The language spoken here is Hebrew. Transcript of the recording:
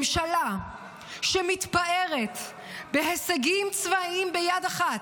ממשלה שמתפארת בהישגים צבאיים ביד אחת,